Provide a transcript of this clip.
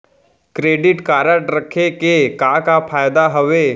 Credit card रखे के का का फायदा हवे?